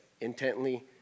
intently